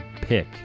pick